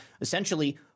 essentially